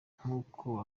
nk’uko